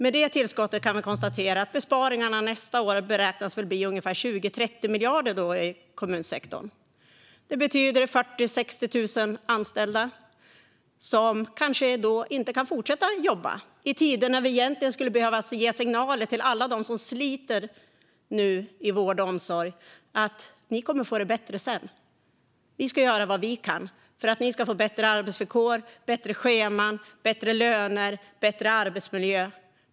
Med det tillskottet kan vi konstatera att besparingarna nästa år beräknas bli ungefär 20-30 miljarder i kommunsektorn. Det betyder att 40 000-60 000 anställda kanske inte kan fortsätta att jobba. Det sker i tider när vi egentligen skulle behöva ge signaler till alla dem som nu sliter i vård och omsorg: Ni kommer att få det bättre sedan. Vi ska göra vad vi kan för att ni ska få bättre arbetsvillkor, bättre scheman, bättre löner och bättre arbetsmiljö.